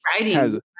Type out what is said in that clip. Writing